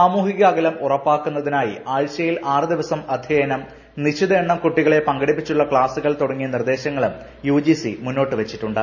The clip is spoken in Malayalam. സാമൂഹിക അകലം ഉറപ്പാക്കുന്നതിനായി ആഴ്ചയിൽ ആറ് ദിവസം അധ്യയനം നിശ്ചിത എണ്ണം കുട്ടികളെ പങ്കെടുപ്പിച്ചുള്ള ക്ളാസുകൾ തുടങ്ങിയ നിർദ്ദേശങ്ങളും യുജിസി മുന്നോട്ടുവെച്ചിട്ടുണ്ട്